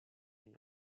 mis